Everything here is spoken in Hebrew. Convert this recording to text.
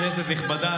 כנסת נכבדה,